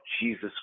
Jesus